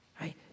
Right